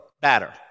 batter